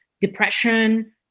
depression